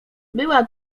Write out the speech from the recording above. była